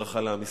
ברכה לעם ישראל.